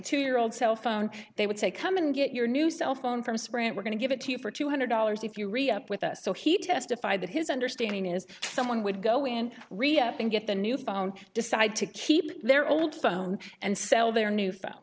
two year old cell phone they would say come and get your new cell phone from sprint we're going to give it to you for two hundred dollars if you re up with us so he testified that his understanding is someone would go in and get the new phone decide to keep their old phone and sell their new